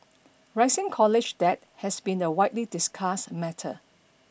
rising college debt has been a widely discussed matter